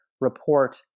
report